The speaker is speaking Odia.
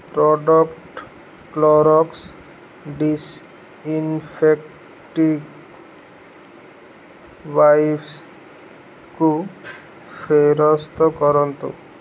ପ୍ରଡ଼କ୍ଟ୍ କ୍ଲୋରକ୍ସ୍ ଡିସ୍ଇନ୍ଫେକ୍ଟିଂ ୱାଇପ୍ସ୍କୁ ଫେରସ୍ତ କରନ୍ତୁ